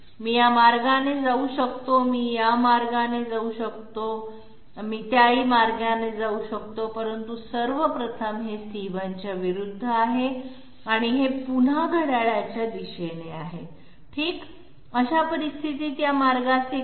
मी या मार्गाने जाऊ शकतो मी या मार्गाने जाऊ शकतो आणि मी या मार्गाने येऊ शकतो परंतु सर्व प्रथम हे c1 च्या विरुद्ध आहे आणि हे पुन्हा घड्याळाच्या दिशेने आहे ठीक अशा परिस्थितीत या मार्गाचे काय